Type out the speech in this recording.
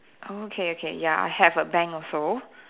oh okay okay ya I have a bank also